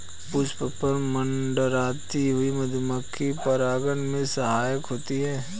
पुष्प पर मंडराती हुई मधुमक्खी परागन में सहायक होती है